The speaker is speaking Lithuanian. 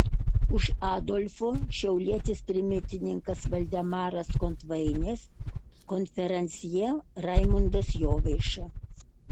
už adolfo šiaulietis trimitininkas valdemaras kontvainis konferansjė raimundas jovaiša